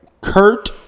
Kurt